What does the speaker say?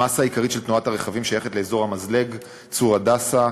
המאסה העיקרית של תנועת הרכבים שייכת לאזור "המזלג" צור-הדסה,